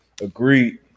Agreed